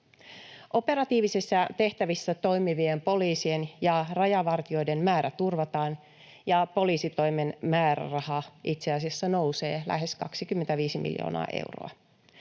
Operatiivisissa tehtävissä toimivien poliisien ja rajavartijoiden määrä turvataan, ja poliisitoimen määräraha itse asiassa nousee lähes 25 miljoonaa euroa.